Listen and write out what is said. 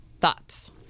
Thoughts